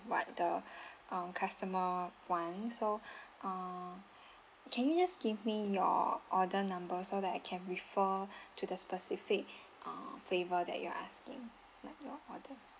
what the um customer want so uh can you just give me your order number so that I can refer to the specific uh flavor that you're asking like you're orders